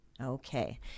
Okay